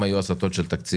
אם היו הסטות של תקציב,